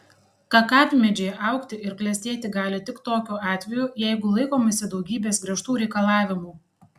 kakavmedžiai augti ir klestėti gali tik tokiu atveju jeigu laikomasi daugybės griežtų reikalavimų